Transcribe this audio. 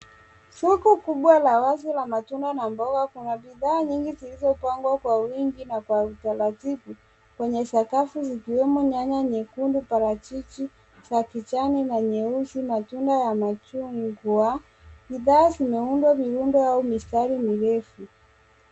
Soko kubwa la wazi la matunda na mboga. Kuna bidhaa nyingi zilizopangwa kwa wingi ns kwa utaratibu kwenye sakafu zikiwemo nyanya nyekundu, parachichi za kijani na nyeusi, matunda ya machungwa. Bidhaa zimeundwa miundo au mistari mirefu.